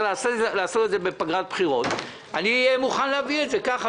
לעשות את זה בפגרת בחירות אני מוכן להביא את זה כך,